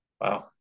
wow